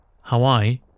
Hawaii